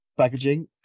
packaging